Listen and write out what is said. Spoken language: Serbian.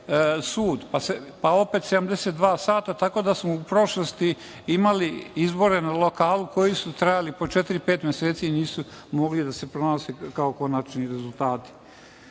pa opet 72 sata, tako da smo u prošlosti imali izbore na lokalu koji su trajali po četiri-pet meseci i nisu mogli da se proglase konačni rezultati. Još